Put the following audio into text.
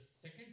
second